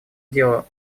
дела